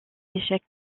échecs